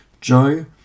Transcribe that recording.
Joe